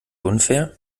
unfair